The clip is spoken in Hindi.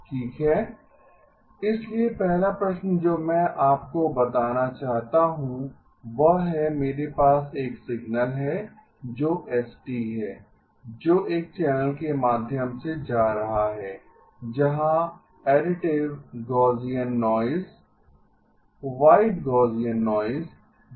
ठीक है इसलिए पहला प्रश्न जो मैं आपको बताना चाहता हूं वह है मेरे पास एक सिग्नल है जो s है जो एक चैनल के माध्यम से जा रहा है जहां additive Gaussian noise white Gaussian noise जोड़ा जाता है